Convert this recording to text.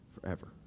forever